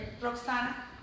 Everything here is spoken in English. Roxana